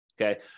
okay